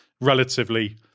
relatively